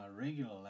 regular